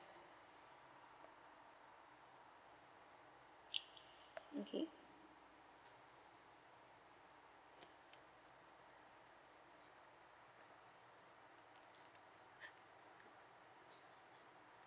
okay